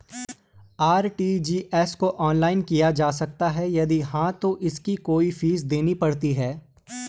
RTGS को online किया जा सकता है यदि हाँ तो इसकी कोई फीस देनी पड़ती है?